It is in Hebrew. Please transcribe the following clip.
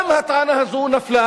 גם הטענה הזאת נפלה,